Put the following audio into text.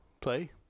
Play